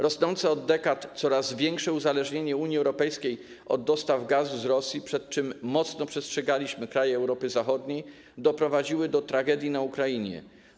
Rosnące od dekad coraz większe uzależnienie Unii Europejskiej od dostaw gazu z Rosji, przed czym mocno przestrzegaliśmy kraje Europy Zachodniej, doprowadziło do tragedii na Ukrainie.